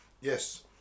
Yes